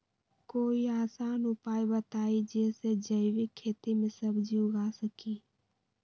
कोई आसान उपाय बताइ जे से जैविक खेती में सब्जी उगा सकीं?